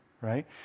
right